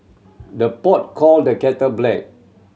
the pot call the kettle black